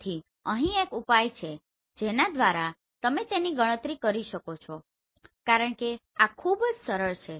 તેથી અહી એક ઉપાય છે જેના દ્વારા તમે તેની ગણતરી કરી શકો છો કારણ કે આ ખૂબ જ સરળ છે